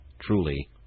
Truly